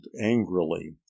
angrily